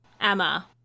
Emma